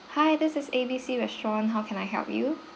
hi this is A B C restaurant how can I help you